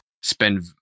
spend